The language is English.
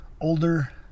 older